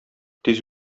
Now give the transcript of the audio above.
тиз